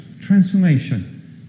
transformation